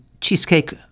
cheesecake